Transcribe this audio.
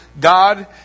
God